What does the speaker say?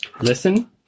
Listen